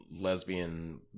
lesbian